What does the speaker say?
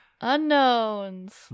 Unknowns